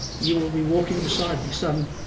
you will be walking beside me, son,